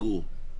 גור?